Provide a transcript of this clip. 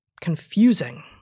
confusing